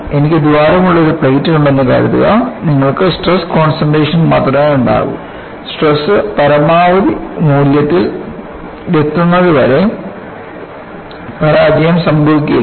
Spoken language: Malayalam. എനിക്ക് ദ്വാരമുള്ള ഒരു പ്ലേറ്റ് ഉണ്ടെന്ന് കരുതുക നിങ്ങൾക്ക് സ്ട്രെസ് കോൺസെൻട്രേഷൻ മാത്രമേ ഉണ്ടാകൂ സ്ട്രെസ് പരമാവധി മൂല്യങ്ങളിൽ എത്തുന്നതുവരെ പരാജയം സംഭവിക്കില്ല